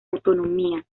autonomía